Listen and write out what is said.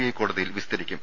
I കോട തിയിൽ വിസ്തരിക്കും